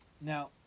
Now